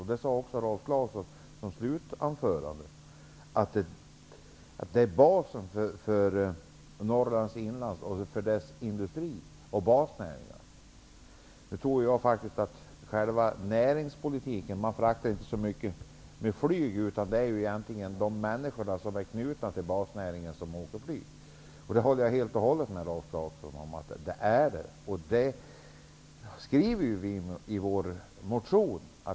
Det avslutade också Rolf Clarkson sitt anförande med, att flyget utgör en bas för Norrlands inland och dess industri. Jag tror inte att näringslivet använder sig så mycket av flygtransporter, utan det är människorna som är knutna till basnäringarna som använder flyget. Jag håller helt och hållet med Rolf Clarkson om att det är detta som gäller, och det skriver vi ju också i vår motion.